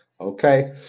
okay